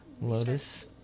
Lotus